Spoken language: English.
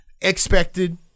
expected